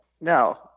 No